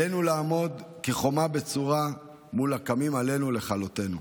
עלינו לעמוד כחומה בצורה מול הקמים עלינו לכלותינו.